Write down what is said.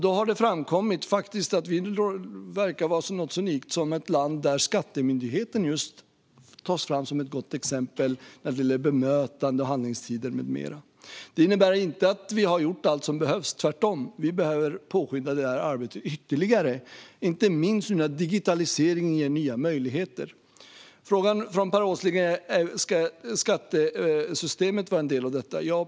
Då har det framkommit att vi faktiskt verkar vara något så unikt som ett land där skattemyndigheten tas fram som ett gott exempel när det gäller bemötande, handläggningstider med mera. Det innebär inte att vi har gjort allt som behövs, tvärtom. Vi behöver påskynda detta arbete ytterligare, inte minst nu när digitaliseringen ger nya möjligheter. Frågan från Per Åsling var om skattesystemet var en del av detta.